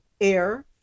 air